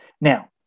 Now